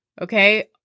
okay